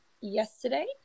yesterday